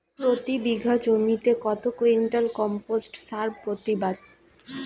প্রতি বিঘা জমিতে কত কুইন্টাল কম্পোস্ট সার প্রতিবাদ?